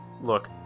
Look